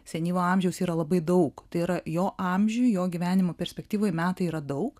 senyvo amžiaus yra labai daug tai yra jo amžiui jo gyvenimo perspektyvoj metai yra daug